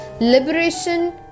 liberation